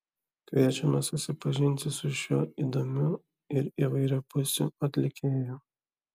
kviečiame susipažinti su šiuo įdomiu ir įvairiapusiu atlikėju